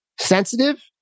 sensitive